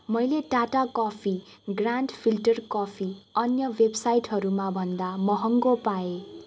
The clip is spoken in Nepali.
मैले Tata coffee grand filter coffee अन्य वेबसाइटहरूमा भन्दा महँगो पाएँ